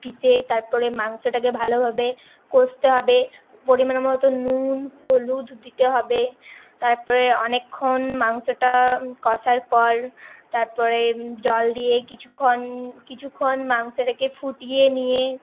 পিষে তারপরে মাংসটাকে ভালোভাবে কষতে হবে পরিমাণ মতো নুন হলুদ দিতে হবে তারপরে অনেকক্ষণ মাংসটা কষার পর তারপরে জল দিয়ে কিছুক্ষণ কিছুক্ষণ মাংসটাকে ফুটিয়ে নিয়ে